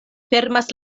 fermas